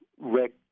Rick